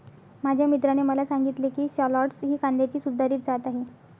माझ्या मित्राने मला सांगितले की शालॉट्स ही कांद्याची सुधारित जात आहे